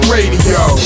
Radio